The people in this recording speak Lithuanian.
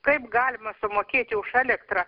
kaip galima sumokėti už elektrą